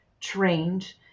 trained